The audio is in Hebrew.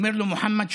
אומר לו: מוחמד,